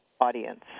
audience